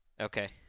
Okay